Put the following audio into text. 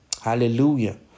Hallelujah